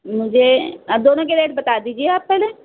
مجھے آپ دونوں کے ریٹ بتا دیجیے آپ پہلے